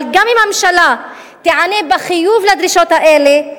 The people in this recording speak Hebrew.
אבל גם אם הממשלה תיענה בחיוב לדרישות האלה,